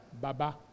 Baba